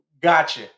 gotcha